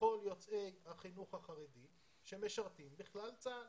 לכל יוצאי החינוך החרדי שמשרתים בכלל צה"ל